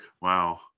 Wow